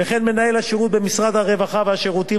וכן מנהל השירות במשרד הרווחה והשירותים